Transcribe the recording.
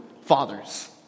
Fathers